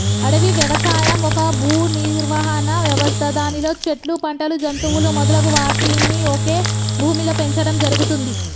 అడవి వ్యవసాయం ఒక భూనిర్వహణ వ్యవస్థ దానిలో చెట్లు, పంటలు, జంతువులు మొదలగు వాటిని ఒకే భూమిలో పెంచడం జరుగుతుంది